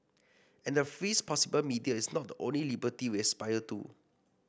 and the freest possible media is not the only liberty we aspire to